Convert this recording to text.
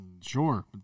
Sure